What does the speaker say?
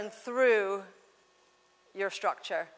and through your structure